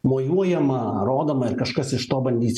mojuojama rodoma ir kažkas iš to bandys